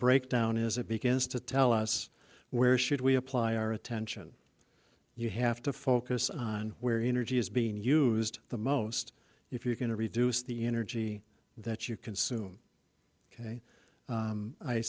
breakdown is it begins to tell us where should we apply our attention you have to focus on where energy is being used the most if you're going to reduce the energy that you consume ok